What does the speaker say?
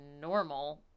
normal